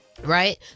right